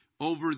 over